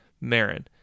Marin